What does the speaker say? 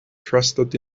trusted